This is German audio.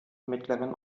mittleren